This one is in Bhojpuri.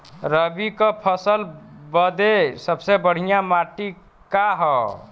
रबी क फसल बदे सबसे बढ़िया माटी का ह?